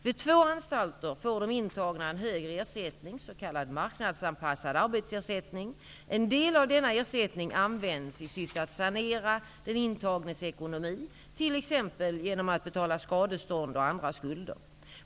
Vid två anstalter får de intagna en högre ersättning, s.k. marknadsanpassad arbetsersättning. En del av denna ersättning används i syfte att sanera den intagnes ekonomi, t.ex. genom att betala skadestånd och andra skulder.